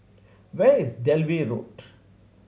where is Dalvey Road